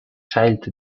child